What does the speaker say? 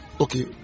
okay